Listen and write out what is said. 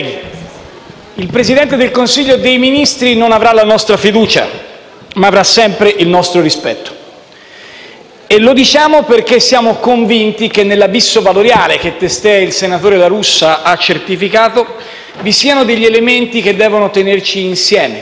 il Presidente del Consiglio dei ministri non avrà la nostra fiducia, ma avrà sempre il nostro rispetto. Lo diciamo perché siamo convinti che, nell'abisso valoriale che il senatore La Russa ha testé certificato, vi siano elementi che devono tenerci insieme tutti: